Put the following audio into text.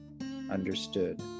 understood